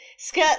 Skirt